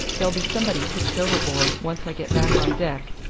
there'll be somebody pitched overboard once i get back on deck,